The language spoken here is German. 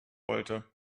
wollte